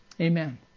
Amen